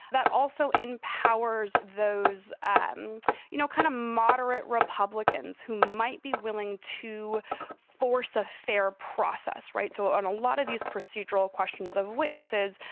that also empowers those, um you know, kind of moderate republicans who might be willing to force a fair process. right. so on a lot of these procedural questions of witnesses,